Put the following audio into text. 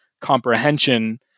comprehension